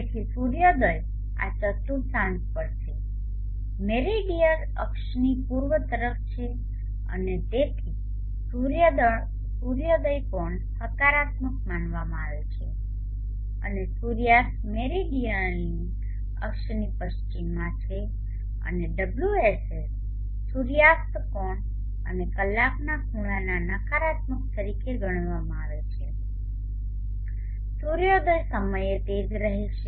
તેથી સૂર્યોદય આ ચતુર્થાંશ પર છે મેરીડીઅનલ અક્ષની પૂર્વ તરફ છે અને તેથી સૂર્યોદય કોણ હકારાત્મક માનવામાં આવે છે અને સૂર્યાસ્ત મેરીડીઅનલ અક્ષની પશ્ચિમમાં છે અને ωSS સૂર્યાસ્ત કોણ અને કલાકના ખૂણાના નકારાત્મક તરીકે ગણવામાં આવે છે સૂર્યોદય સમયે તે જ રહેશે